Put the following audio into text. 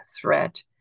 threat